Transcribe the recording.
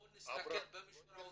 בוא נסתכל על המישור העובדתי.